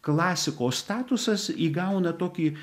klasiko statusas įgauna tokį